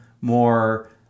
more